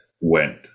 went